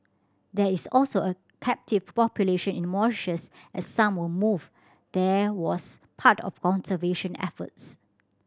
there is also a captive population in Mauritius as some were moved there was part of conservation efforts